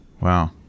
Wow